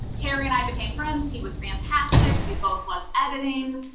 terry and i became friends. he was fantastic we both loved editing,